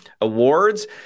awards